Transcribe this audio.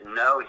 no